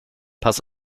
pass